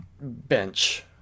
bench